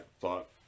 thought